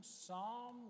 Psalm